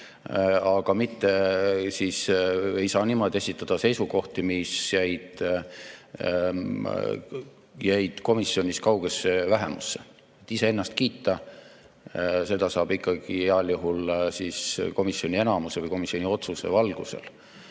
aga mitte ei saa niimoodi esitada seisukohti, mis jäid komisjonis kaugesse vähemusse. Iseennast kiita – seda saab heal juhul ikkagi komisjoni enamuse või komisjoni otsuse valgusel.